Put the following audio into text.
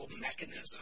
mechanism